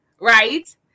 right